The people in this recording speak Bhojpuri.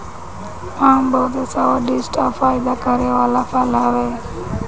आम बहुते स्वादिष्ठ आ फायदा करे वाला फल हवे